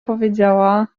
powiedziała